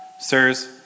Sirs